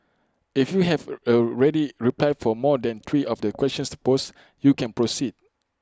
if you have A ready reply for more than three of the questions posed you can proceed